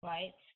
Right